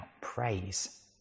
praise